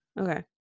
okay